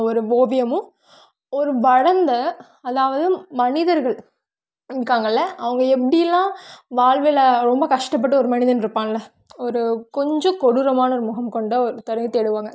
ஒரு ஓவியமும் ஒரு வளர்ந்த அதாவது மனிதர்கள் இருக்காங்கள்ல அவங்க எப்படிலாம் வாழ்வுல ரொம்ப கஷ்டப்பட்டு ஒரு மனிதன் இருப்பான்ல ஒரு கொஞ்சம் கொடூரமான ஒரு முகம் கொண்ட ஒருத்தரை தேடுவாங்க